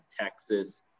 Texas